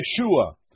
Yeshua